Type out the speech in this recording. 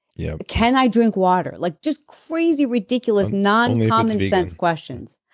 yeah can i drink water? like just crazy ridiculous non-common sense questions.